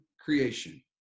creation